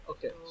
Okay